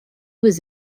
was